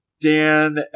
Dan